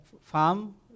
farm